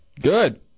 Good